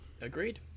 Agreed